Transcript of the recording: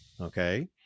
Okay